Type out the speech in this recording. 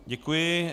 Děkuji.